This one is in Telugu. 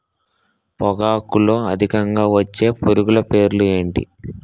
పొగాకులో అధికంగా వచ్చే పురుగుల పేర్లు ఏంటి